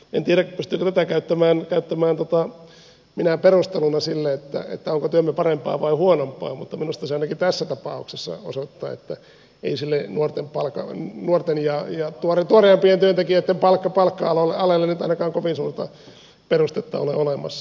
en tiedä pystyykö tätä käyttämään minään perusteluna sille onko työmme parempaa vai huonompaa mutta minusta se ainakin tässä tapauksessa osoittaa että ei sille nuorten ja tuoreempien työntekijöitten palkka alelle nyt ainakaan kovin suurta perustetta ole olemassa